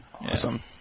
Awesome